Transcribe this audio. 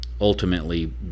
ultimately